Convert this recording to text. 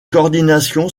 coordination